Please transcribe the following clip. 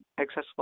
accessible